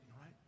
right